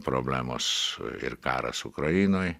problemos ir karas ukrainoj